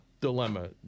dilemma